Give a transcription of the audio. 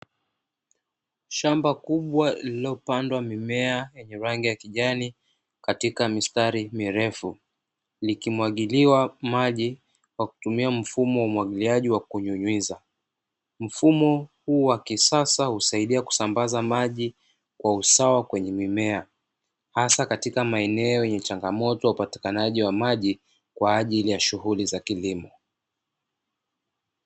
Shamba kubwa lililopandwa mimea yenye rangi ya kijani katika mistari mirefu, likimwagiliwa maji kwa kutumia mfumo wa umwagiliaji wa kunyunyiza. Mfumo huu wa kisasa husaidia kusambaza maji kwa usawa kwenye mimea hasa katika maeneo yenye changamoto ya upatikanaji wa maji kwa ajili ya shughuli ya kilimo.